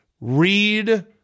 Read